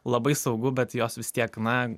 labai saugu bet jos vis tiek na